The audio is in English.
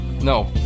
No